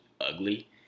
ugly